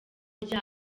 rya